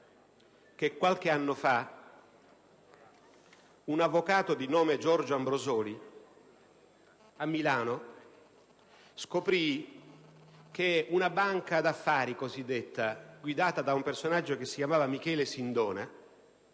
che qualche anno fa un avvocato di nome Giorgio Ambrosoli, a Milano, scoprì che una cosiddetta banca d'affari, guidata da un personaggio che si chiamava Michele Sindona,